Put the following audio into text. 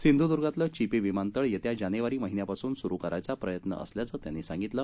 सिंधुद्र्गातलं चिपी विमानतळ येत्या जानेवारी महिन्यापासून सुरु करायचा प्रयत्न असल्याचं त्यांनी सांगितलं